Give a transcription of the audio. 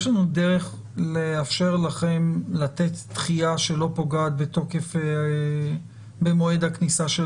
יש לנו דרך לאפשר לכם לתת דחייה שלא פוגעת במועד הכניסה של